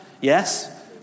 Yes